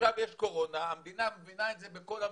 עכשיו יש קורונה, המדינה עושה את זה בכל המקומות,